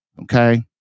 Okay